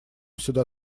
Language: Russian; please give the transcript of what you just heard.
сюда